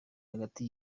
hagati